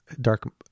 dark